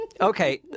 Okay